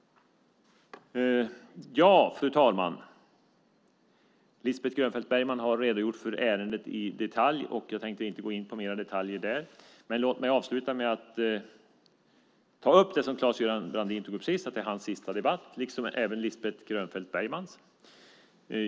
Fru talman! Lisbeth Grönfeldt Bergman har redogjort för ärendet i detalj, och jag tänker inte gå in på fler detaljer där. Men låt mig avsluta med att ta upp det som Claes-Göran Brandin tog upp sist. Detta är hans sista debatt liksom även Lisbeth Grönfeldt Bergmans.